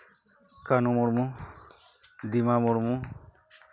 ᱠᱟᱹᱱᱩ ᱢᱩᱨᱢᱩ ᱫᱤᱢᱟ ᱢᱩᱨᱢᱩ